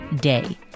day